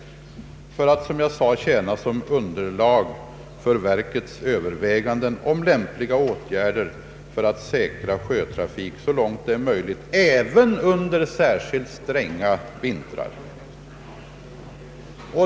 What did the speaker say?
Dessa erfarenheter skall sedan tjäna som underlag för verkets överväganden om lämpliga åtgärder för att säkra sjötrafik så långt det är möjligt även under särskilt stränga vintrar.